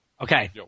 Okay